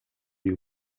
you